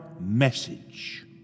message